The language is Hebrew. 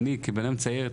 אני כבנאדם צעיר,